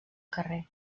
carrer